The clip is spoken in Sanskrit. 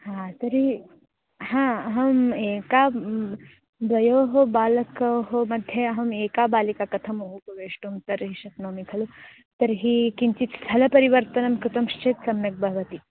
हा तर्हि हाअहम् एकः द्वयोः बालकौ मध्ये अहम् एका बालिका कथम् उपवेष्टुं तर्हि शक्नोमि खलु तर्हि किञ्चित् स्थलपरिवर्तनं कृतं चेत् सम्यक्भवति